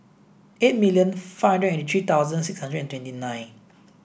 eight million five hundred and eighty three thousand six hundred and twenty nine